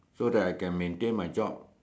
so that I can maintain my job